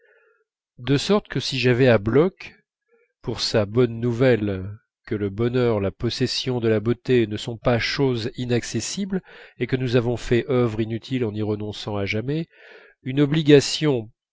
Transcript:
de sorte que si j'avais à bloch pour sa bonne nouvelle que le bonheur la possession de la beauté ne sont pas choses inaccessibles et que nous avons fait œuvre inutile en y renonçant à jamais une obligation